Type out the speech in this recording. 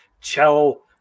chill